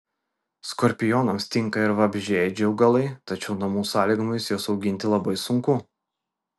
skorpionams tinka ir vabzdžiaėdžiai augalai tačiau namų sąlygomis juos auginti labai sunku